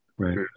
right